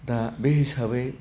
दा बे हिसाबै